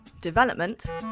development